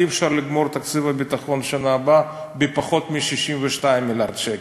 אי-אפשר לגמור את תקציב הביטחון בשנה הבאה בפחות מ-62 מיליארד שקל.